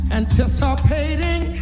anticipating